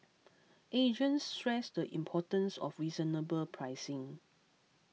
agents stress the importance of reasonable pricing